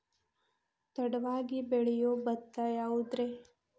ತಡವಾಗಿ ಬೆಳಿಯೊ ಭತ್ತ ಯಾವುದ್ರೇ?